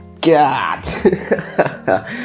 God